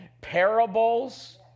parables